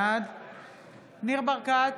בעד ניר ברקת,